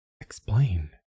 Explain